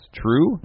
true